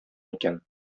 икән